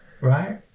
Right